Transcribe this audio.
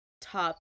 top